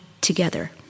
together